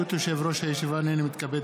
זאת לא מלחמה,